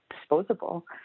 disposable